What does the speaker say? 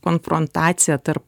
konfrontacija tarp